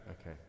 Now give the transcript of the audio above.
Okay